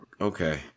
Okay